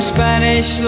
Spanish